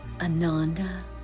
Ananda